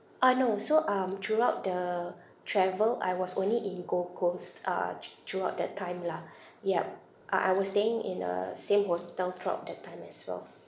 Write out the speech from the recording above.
ah no so um throughout the travel I was only in gold coast uh thr~ throughout that time lah yup I I was staying in a same hotel throughout the time as well